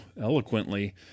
eloquently